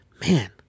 man